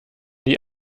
die